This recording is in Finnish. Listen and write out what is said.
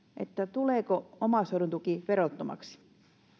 tuleeko omaishoidon tuki verottomaksi